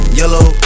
yellow